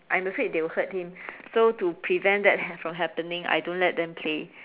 I'm afraid they will hurt him so to prevent that ha~ from happening I don't let them play